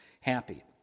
happy